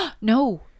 no